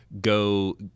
go